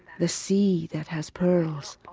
the sea that has pearls,